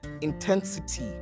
intensity